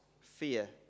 fear